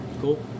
Cool